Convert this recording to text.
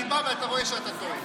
אני בא ואתה רואה שאתה טועה.